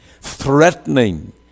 threatening